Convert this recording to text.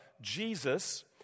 Jesus